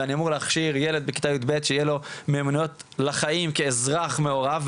ואני אמור להכשיר ילד בכיתה יב' שיהיו לו מיומנויות לחיים כאזרח מעורב,